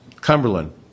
Cumberland